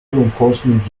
enforcement